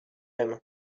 aime